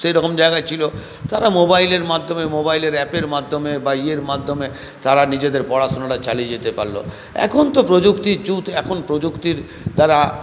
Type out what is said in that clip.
সেইরকম জায়গায় ছিল তারা মোবাইলের মাধ্যমে মোবাইলের অ্যাপের মাধ্যমে বা ইয়ের মাধ্যমে তারা নিজেদের পড়াশোনাটা চালিয়ে যেতে পারলো এখন তো প্রযুক্তির যুগ এখন প্রযুক্তির দ্বারা